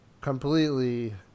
completely